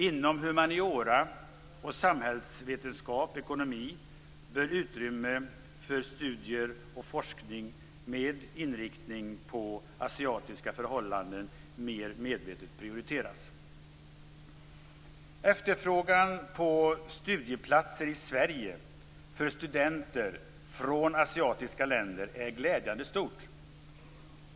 Inom humaniora och samhällsvetenskap/ekonomi bör utrymmet för studier och forskning med inriktning på asiatiska förhållanden mer medvetet prioriteras. Efterfrågan på studieplatser i Sverige för studenter från asiatiska länder är glädjande stor.